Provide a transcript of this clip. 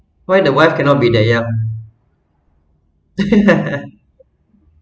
why the wife cannot be that young